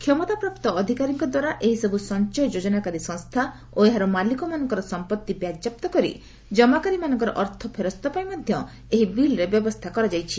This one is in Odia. କ୍ଷମତାପ୍ରାପ୍ତ ଅଧିକାରୀଙ୍କ ଦ୍ୱାରା ଏହିସବୁ ସଂଚୟ ଯୋଜନାକାରୀ ସଂସ୍ଥା ଓ ଏହାର ମାଲିକମାନଙ୍କର ସମ୍ପତ୍ତି ବାଜ୍ୟାପ୍ତ କରି କମାକାରୀମାନଙ୍କର ଅର୍ଥ ଫେରସ୍ତ ପାଇଁ ମଧ୍ୟ ଏହି ବିଲ୍ରେ ବ୍ୟବସ୍ଥା କରାଯାଇଛି